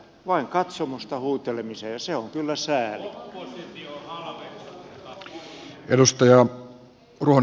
vain katsomosta huutelemiseen ja se on kyllä sääli